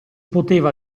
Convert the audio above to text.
poteva